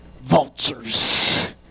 vultures